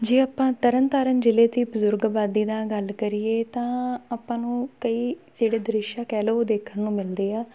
ਜੇ ਆਪਾਂ ਤਰਨ ਤਾਰਨ ਜਿਲ੍ਹੇ ਦੀ ਬਜ਼ੁਰਗ ਆਬਾਦੀ ਦਾ ਗੱਲ ਕਰੀਏ ਤਾਂ ਆਪਾਂ ਨੂੰ ਕਈ ਜਿਹੜੇ ਦ੍ਰਿਸ਼ ਕਹਿ ਲਓ ਉਹ ਦੇਖਣ ਨੂੰ ਮਿਲਦੇ ਆ